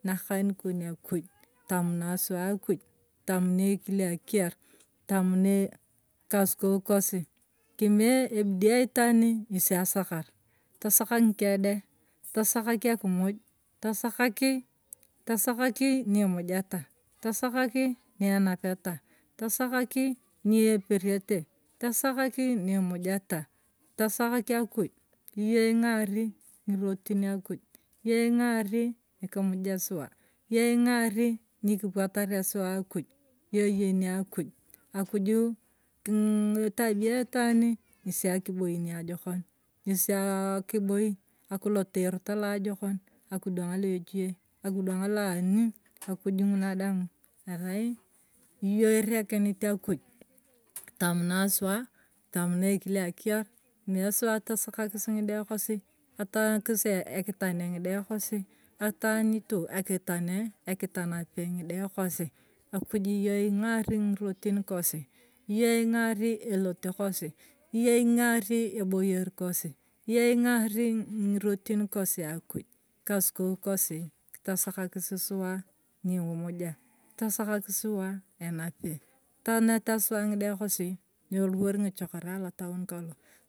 Nakan kon akuj, kitamonai suwa akuj, kitamunai suwa akuj, kitamunai ekile akiyar, kitamunai ng’ikasukou kosi kimie ebidii aitan ng’esi asakar, tasakak ng’ikede, tasakak akumuj, tasakaki, tasakak niimujeta, tasakaki ni imujeta, tasakaki nyieperete, tasakaki ni imujeta, tasakak akuj, iyong ing’ari ng’irotin akuj, iyong ing’ari nikimuja suwa iyong ing’ari nikipwataria suwa akuj iyong iyeni akuj, akuju kina ii etabia aitani ng’esi akiboi niajokon ng’esi aa akiboi, akilot alorot aloajokon, akidwana la ejie, akidiuang la ng’i akuj ng’una daang arai iyong irekenit akuj, kitamunai suwa, kitamunai ekile akiyar, kimie suwa atasakakisi ng’ide kosi, atakisiekitane ng’ide kosi, ataanyito tane ekitane ekitanape ng’ide kosi akuj iyong ingari ng’rotin kosi, iyong ing’ari elote kosi, iyong ing’ari eboyer kosi, iyong ing’ari ng’irotin kosi akuj, ang’ikasukou kosi kitasakakis suwa nikimuja, kitacakakis suwa enape, etaneta suwa ng’ide kosi nyieruwar ng’ichokorai alotaon kalo.